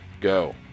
Go